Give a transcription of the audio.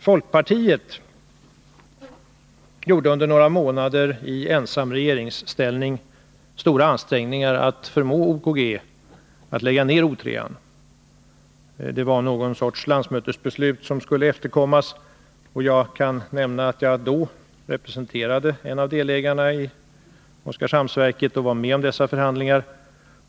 Folkpartiet gjorde under några månader i ensam regeringsställning stora ansträngningar att förmå OKG att lägga ned O3. Det var någon sorts landsmötesbeslut som skulle efterkommas, och jag kan nämna att jag då representerade en av delägarna i Oskarshamnsverket och var med om dessa förhandlingar.